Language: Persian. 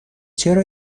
چرا